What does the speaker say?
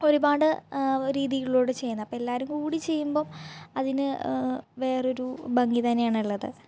ഒരുപാട് രീതികളിലൂടെ ചെയ്യുന്നത് അപ്പം എല്ലാവർക്കും കൂടി ചെയ്യുമ്പം അതിന് വേറെ ഒരു ഭംഗി തന്നെയാണുള്ളത്